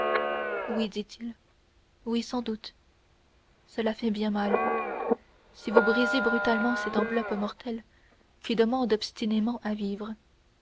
oui dit-il oui sans doute cela fait bien mal si vous brisez brutalement cette enveloppe mortelle qui demande obstinément à vivre